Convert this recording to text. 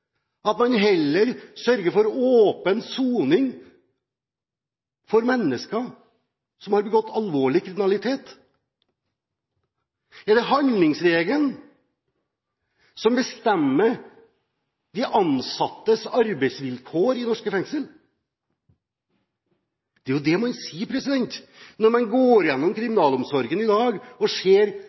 at man heller sørger for åpen soning for mennesker som har begått alvorlig kriminalitet, og er det handlingsregelen som bestemmer de ansattes arbeidsvilkår i norske fengsel? Det er jo det man sier, når man går igjennom kriminalomsorgen i dag og ser